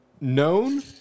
known